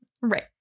Right